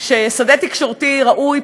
ששדה תקשורתי ראוי,